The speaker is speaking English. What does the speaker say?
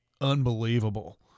unbelievable